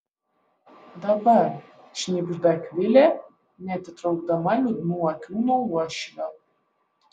dabar šnibžda akvilė neatitraukdama liūdnų akių nuo uošvio